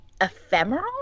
ephemeral